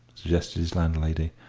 suggested his landlady.